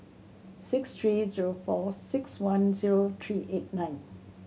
six three zero four six one zero three eight nine